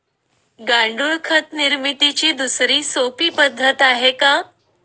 गांडूळ खत निर्मितीची दुसरी सोपी पद्धत आहे का?